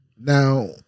Now